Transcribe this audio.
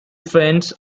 friends